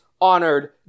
honored